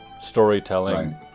storytelling